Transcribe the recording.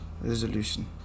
resolution